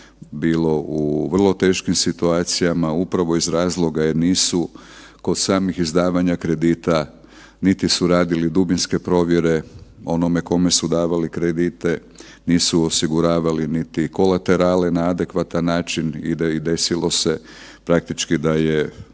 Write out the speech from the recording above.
bilo u vrlo teškim situacijama upravo iz razloga jer nisu kod samih izdavanja kredita, niti su radili dubinske provjere onome kome su davali kredite, nisu osiguravali niti kolaterale na adekvatan način i desilo se praktički da je